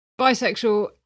bisexual